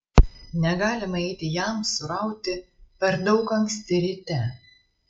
negalima eiti jamsų rauti per daug anksti ryte